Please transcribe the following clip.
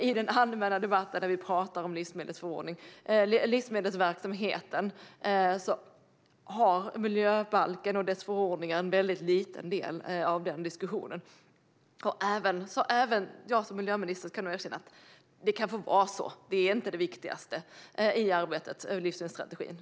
I den allmänna debatten om livsmedelsverksamheten har miljöbalken och dess förordningar en väldigt liten del. Även jag som miljöminister kan nog erkänna att det kan få vara så. Detta är inte det viktigaste i arbetet med livsmedelsstrategin.